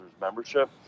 membership